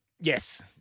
Yes